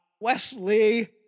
Wesley